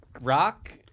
rock